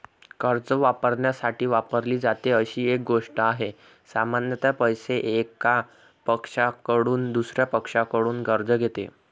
कर्ज वापरण्यासाठी वापरली जाते अशी एक गोष्ट आहे, सामान्यत पैसे, एका पक्षाकडून दुसर्या पक्षाकडून कर्ज घेते